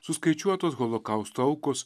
suskaičiuotos holokausto aukos